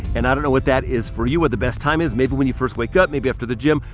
and i don't know what that is for you or the best time is maybe when you first wake up, maybe after the gym,